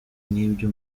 nk’ibyo